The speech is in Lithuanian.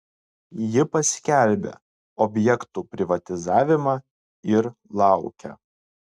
ji paskelbia objektų privatizavimą ir laukia